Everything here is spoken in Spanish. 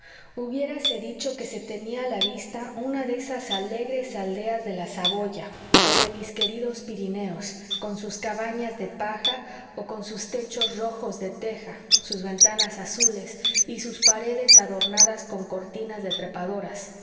risueño hubiérase dicho que se tenía a la vista una de esas alegres aldeas de la saboya o de mis queridos pirineos con sus cabañas de paja o con sus techos rojos de teja sus ventanas azules y sus paredes adornadas con cortinas de trepadoras